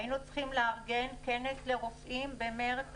היינו צריכים לארגן כנס לרופאים במרץ,